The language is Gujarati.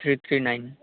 three three nine